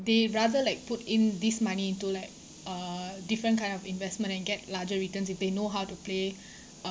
they rather like put in this money into like uh different kind of investment and get larger returns if they know how to play